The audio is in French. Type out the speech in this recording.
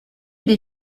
des